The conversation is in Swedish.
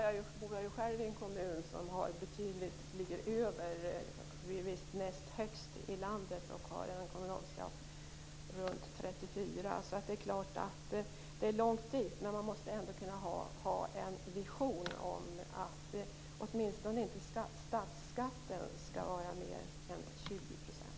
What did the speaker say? Jag bor själv i en kommun som ligger näst högst i landet med en kommunalskatt runt 34, så det är klart att det är långt dit. Men man måste ändå kunna ha en vision om att åtminstone inte statsskatten skall vara mer än 20 %.